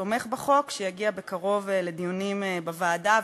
שתומך בחוק שיגיע בקרוב לדיונים בוועדה,